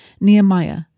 Nehemiah